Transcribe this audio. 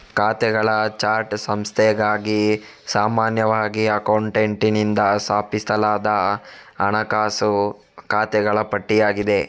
ಖಾತೆಗಳ ಚಾರ್ಟ್ ಸಂಸ್ಥೆಗಾಗಿ ಸಾಮಾನ್ಯವಾಗಿ ಅಕೌಂಟೆಂಟಿನಿಂದ ಸ್ಥಾಪಿಸಲಾದ ಹಣಕಾಸು ಖಾತೆಗಳ ಪಟ್ಟಿಯಾಗಿದೆ